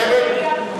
אחרת,